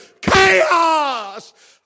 chaos